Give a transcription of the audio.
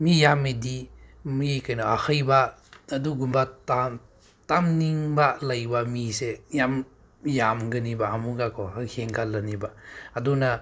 ꯃꯤ ꯌꯥꯝꯃꯗꯤ ꯃꯤ ꯀꯩꯅꯣ ꯑꯍꯩꯕ ꯑꯗꯨꯒꯨꯝꯕ ꯇꯝꯅꯤꯡꯕ ꯂꯩꯕ ꯃꯤꯁꯦ ꯌꯥꯝ ꯌꯥꯝꯒꯅꯤꯕ ꯑꯃꯨꯛꯀꯀꯣ ꯍꯦꯟꯒꯠꯂꯅꯤꯕ ꯑꯗꯨꯅ